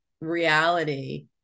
reality